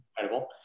incredible